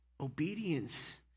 Obedience